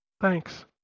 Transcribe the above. Thanks